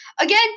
Again